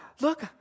look